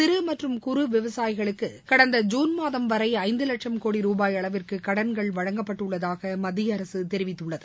சிறு மற்றும் குறு விவசாயிகளுக்கு கடந்த ஜூன் மாதம் வரை ஐந்து வட்சும் கோடி ரூபாய் அளவிற்கு கடன்கள் வழங்கப்பட்டுள்ளதாக மத்திய அரசு தெரிவித்துள்ளது